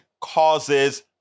causes